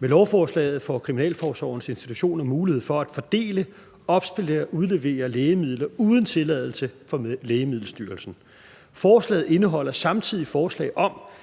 Med lovforslaget får kriminalforsorgens institutioner mulighed for at fordele, opsplitte og udlevere lægemidler uden tilladelse fra Lægemiddelstyrelsen. Forslaget indeholder samtidig forslag om,